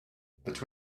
but